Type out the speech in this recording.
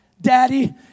daddy